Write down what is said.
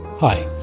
Hi